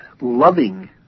loving